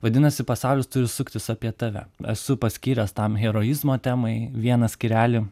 vadinasi pasaulis turi suktis apie tave esu paskyręs tam heroizmo temai vieną skyrelį